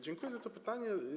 Dziękuję za to pytanie.